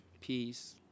peace